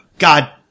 God